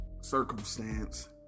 circumstance